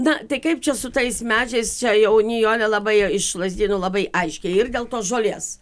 na tai kaip čia su tais medžiais čia jau nijolė labai iš lazdynų labai aiškiai ir dėl tos žolės